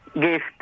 gift